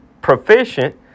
proficient